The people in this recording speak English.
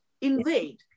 invade